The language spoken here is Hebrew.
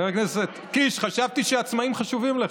חבר הכנסת קיש, חשבתי שהעצמאים חשובים לך.